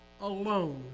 alone